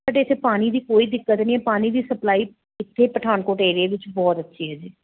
ਸਾਡੇ ਇੱਥੇ ਪਾਣੀ ਦੀ ਕੋਈ ਦਿੱਕਤ ਨਹੀਂ ਪਾਣੀ ਦੀ ਸਪਲਾਈ ਇੱਥੇ ਪਠਾਨਕੋਟ ਏਰੀਏ ਵਿੱਚ ਬਹੁਤ ਅੱਛੀ ਹੈ ਜੀ